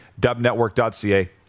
Dubnetwork.ca